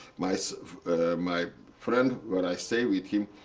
my sort of my friend, where i stay with him,